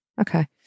Okay